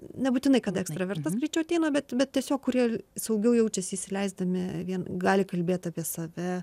nebūtinai kad ekstravertams greičiau ateina bet bet tiesiog kurie saugiau jaučiasi įsileisdami vien gali kalbėti apie save